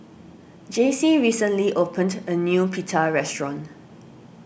Jaycie recently opened a new Pita restaurant